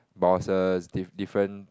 but was a di~ different